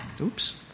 Oops